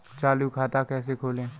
चालू खाता कैसे खोलें?